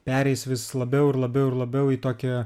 pereis vis labiau ir labiau ir labiau į tokią